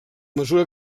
mesura